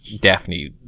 Daphne